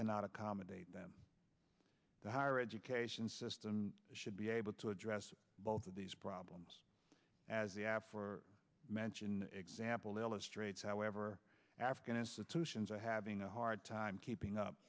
cannot accommodate them the higher education system should be able to address both of these problems as the ad for mention example illustrates however africanus its oceans are having a hard time keeping up